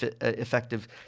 effective